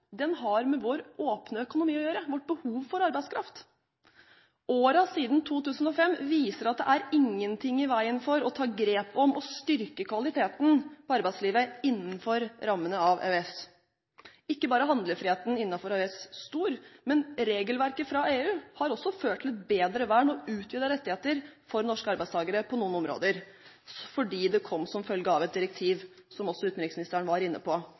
den tredje. Vi handler, og vi vil videre, for dette problemet blir ikke mindre. Men dette problemet, som vi ser brer om seg, har ingenting med EØS-avtalen å gjøre – det har å gjøre med vår åpne økonomi og vårt behov for arbeidskraft. Årene siden 2005 viser at det ikke er noe i veien for å ta grep for å styrke kvaliteten på arbeidslivet innenfor rammene av EØS. Ikke bare er handlefriheten innenfor EØS stor, men regelverket fra EU har også ført til bedre vern og